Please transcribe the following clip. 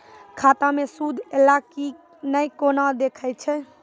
खाता मे सूद एलय की ने कोना देखय छै?